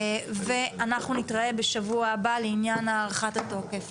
ואנחנו נתראה בשבוע הבא לעניין הארכת התוקף.